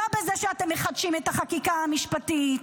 לא בזה שאתם מחדשים את החקיקה המשפטית,